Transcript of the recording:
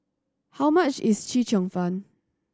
how much is Chee Cheong Fun